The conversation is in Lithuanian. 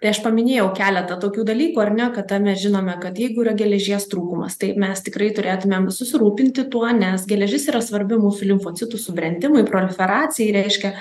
tai aš paminėjau keletą tokių dalykų ar ne kada mes žinome kad jeigu yra geležies trūkumas tai mes tikrai turėtumėm susirūpinti tuo nes geležis yra svarbi mūsų limfocitų subrendimui proferacijai reiškia